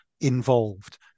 involved